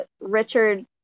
Richard